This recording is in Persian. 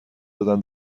دادن